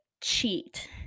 cheat